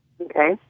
Okay